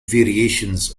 variations